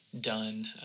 done